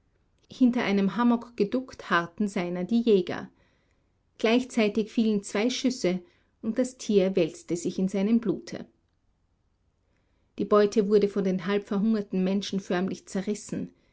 hinter einem hummock geduckt harrten seiner die jäger gleichzeitig fielen zwei schüsse und das tier wälzte sich in seinem blute die beute wurde von den halb verhungerten menschen förmlich zerrissen